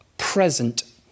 present